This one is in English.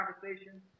conversation